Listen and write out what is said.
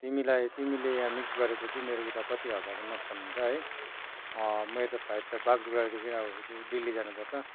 तिमीलाई तिमीले यहाँ मिक्स् गरेपछि मेरो उता कति हजारको नोक्सान हुन्छ है मेरो त फ्लाइट त बागडोग्रादेखि अब फेरि दिल्ली जानु पर्छ